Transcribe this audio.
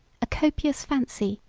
a copious fancy,